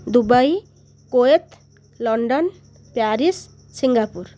Dubai Kuwait London Paris Singapore